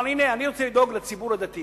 אבל הנה, אני רוצה לדאוג לציבור הדתי